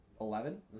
Eleven